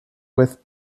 with